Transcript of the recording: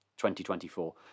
2024